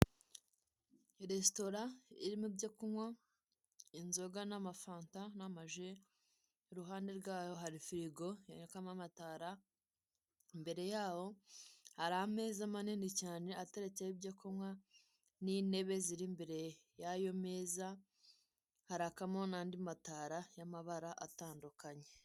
Ni resitora irimo ibyo kunywa inzoga n'amafanta n'amaji, iruhande rwayo hari firigo irimo amatara, imbere yaho hari ameza manini cyane ateretseho ibyo kunywa n'intebe ziri imbere yayo meza harakamo n'andi matara y'amabara atandukanye.